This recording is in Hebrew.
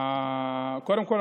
קודם כול,